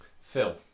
Phil